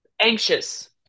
anxious